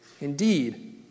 Indeed